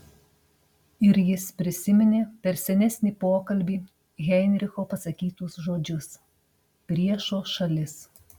ir jis prisiminė per senesnį pokalbį heinricho pasakytus žodžius priešo šalis